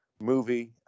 movie